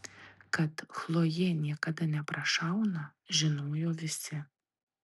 kad chlojė niekada neprašauna žinojo visi